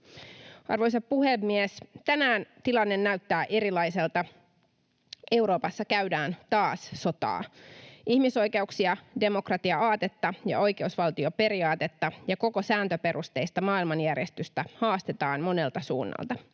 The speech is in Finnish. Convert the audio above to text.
Arvoisa puhemies! Tänään tilanne näyttää erilaiselta. Euroopassa käydään taas sotaa. Ihmisoikeuksia, demokratia-aatetta ja oikeusvaltioperiaatetta ja koko sääntöperusteista maailmanjärjestystä haastetaan monelta suunnalta.